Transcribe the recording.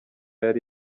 yari